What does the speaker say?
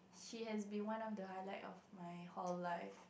she has been one of the highlight of my hall life